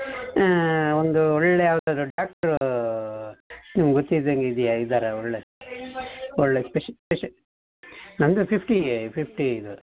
ಒಂದು ಒಳ್ಳೆಯ ಯಾವುದಾದ್ರೂ ಡಾಕ್ಟ್ರು ನಿಮ್ಗೊತ್ತಿದಂಗೆ ಇದೆಯಾ ಇದ್ದಾರಾ ಒಳ್ಳೆಯ ಒಳ್ಳೆಯ ಸ್ಪೆ ಸ್ಪೆ ನನ್ನದು ಫಿಫ್ಟಿ ಫಿಫ್ಟಿ ಇದು